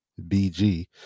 bg